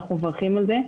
אנחנו מברכים עליו.